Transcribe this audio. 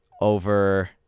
Over